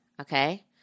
Okay